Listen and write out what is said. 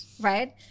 right